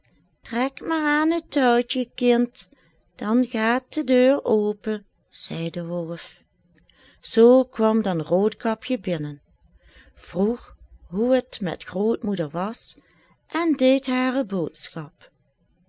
trek maar aan het touwtje kind dan gaat de deur open zei de wolf zoo kwam dan roodkapje binnen vroeg hoe het met grootmoeder was en deed hare boodschap